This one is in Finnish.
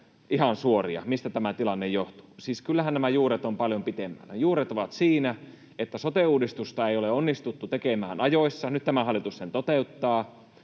ihan suoria, mistä tämä tilanne johtuu: Siis kyllähän nämä juuret ovat paljon pidemmällä. Juuret ovat siinä, että sote-uudistusta ei ole onnistuttu tekemään ajoissa. Nyt tämä hallitus sen toteuttaa.